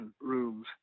rooms